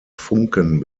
funken